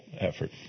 effort